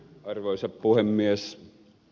arvoisa puhemies